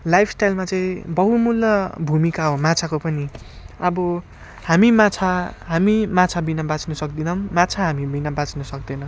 हाम्रो लाइफस्टाइलमा चाहिँ बहुमूल्य भूमिका माछाको पनि अब हामी माछा हामी माछाबिना बाँच्न सक्दिनौँ माछा हामीबिना बाँच्न सक्दैन